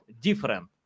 different